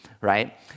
right